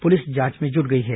police जांच में जुट गई है